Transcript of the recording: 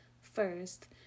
first